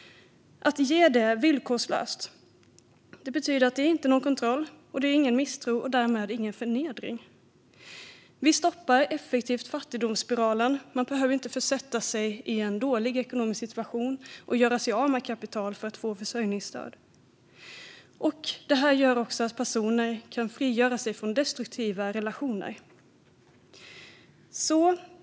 Att ge en basinkomst villkorslöst betyder ingen kontroll, ingen misstro och därmed ingen förnedring. Vi stoppar effektivt fattigdomsspiralen, och man behöver inte försätta sig i en dålig ekonomisk situation och göra sig av med kapital för att få försörjningsstöd. Det gör också att personer kan frigöra sig från destruktiva relationer.